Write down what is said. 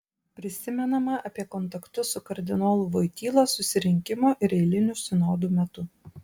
prisimenama apie kontaktus su kardinolu voityla susirinkimo ir eilinių sinodų metu